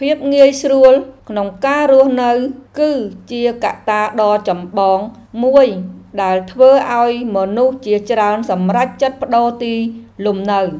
ភាពងាយស្រួលក្នុងការរស់នៅ គឺជាកត្តាដ៏ចម្បងមួយដែលធ្វើឱ្យមនុស្សជាច្រើនសម្រេចចិត្តប្តូរទីលំនៅ។